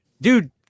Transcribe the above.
Dude